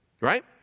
Right